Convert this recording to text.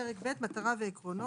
מטרת החוק